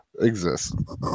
Exists